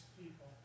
people